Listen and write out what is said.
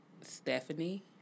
Stephanie